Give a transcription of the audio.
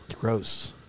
Gross